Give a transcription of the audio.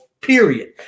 period